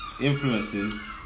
influences